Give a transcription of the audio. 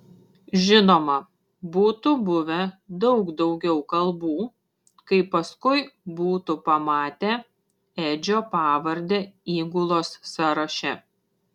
žinoma būtų buvę daug daugiau kalbų kai paskui būtų pamatę edžio pavardę įgulos sąraše